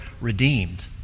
redeemed